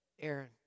Aaron